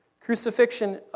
Crucifixion